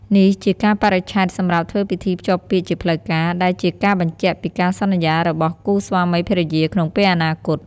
នេះជាកាលបរិច្ឆេទសម្រាប់ធ្វើពិធីភ្ជាប់ពាក្យជាផ្លូវការ ដែលជាការបញ្ជាក់ពីការសន្យារបស់គូស្វាមីភរិយាក្នុងពេលអនាគត។